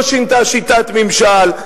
לא שינתה את שיטת הממשל.